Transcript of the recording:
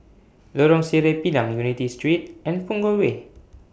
Lorong Sireh Pinang Unity Street and Punggol Way